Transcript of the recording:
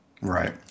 Right